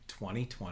2020